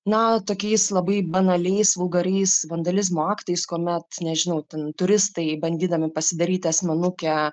na tokiais labai banaliais vulgariais vandalizmo aktais kuomet nežinau ten turistai bandydami pasidaryti asmenukę